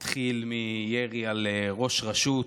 זה התחיל מירי על ראש רשות,